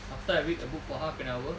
after I read a book for half an hour